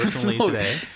today